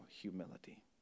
humility